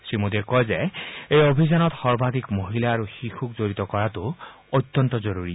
শ্ৰীমোদীয়ে কয় যে এই অভিযানত সৰ্বাধিক মহিলা আৰু শিশুক জড়িত কৰাটো অত্যন্ত জৰুৰী